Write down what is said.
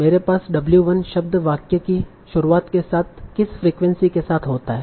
मेरे पास w1 शब्द वाक्य की शुरुआत के साथ किस प्रोबेबिलिटी के साथ होता है